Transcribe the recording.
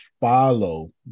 follow